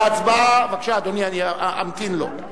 בבקשה, אדוני, אני אמתין לו.